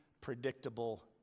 predictable